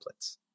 templates